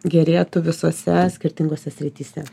gerėtų visose skirtingose srityse